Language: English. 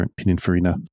Pininfarina